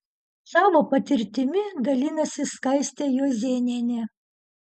savo patirtimi dalinasi skaistė juozėnienė